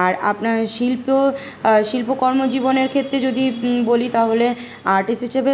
আর আপনার শিল্প শিল্প কর্মজীবনের ক্ষেত্রে যদি বলি তাহলে আর্টিস্ট হিসেবে